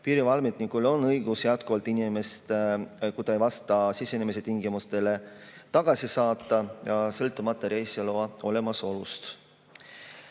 Piirivalveametnikul on õigus jätkuvalt inimene, kui ta ei vasta sisenemise tingimustele, tagasi saata, sõltumata reisiloa olemasolust.